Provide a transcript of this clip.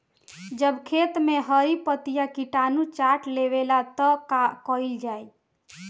जब खेत मे हरी पतीया किटानु चाट लेवेला तऽ का कईल जाई?